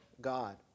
God